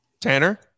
Tanner